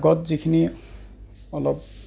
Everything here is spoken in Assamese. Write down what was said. আগত যিখিনি অলপ